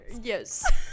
Yes